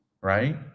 right